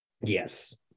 yes